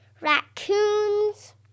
raccoons